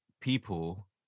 people